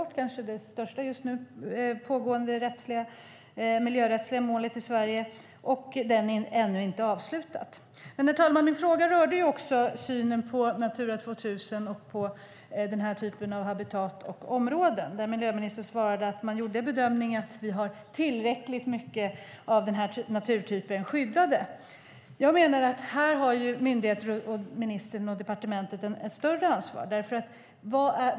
Det är kanske just nu det största pågående miljörättsliga målet i Sverige, och det är ännu inte avslutat. Men, herr talman, min fråga rörde också synen på Natura 2000 och på den här typen av habitat och områden. Miljöministern svarade att man gjorde bedömningen att tillräckligt mycket av den här naturtypen är skyddat. Jag menar att myndigheter, ministern och departementet har ett större ansvar här.